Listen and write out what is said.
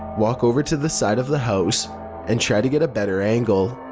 walk over to the side of the house and try to get a better angle,